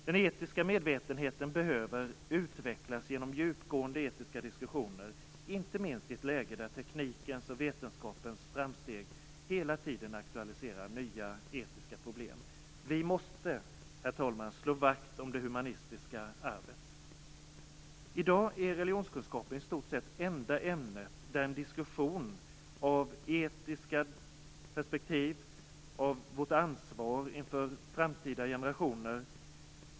Den etiska medvetenheten behöver utvecklas genom djupgående etiska diskussioner, inte minst i ett läge där teknikens och vetenskapens framsteg hela tiden aktualiserar nya etiska problem. Herr talman! Vi måste slå vakt om det humanistiska arvet. I dag är religionskunskapen i stort sett det enda ämnet där det är möjligt att föra en diskussion om etiska perspektiv och vårt ansvar inför framtida generationer.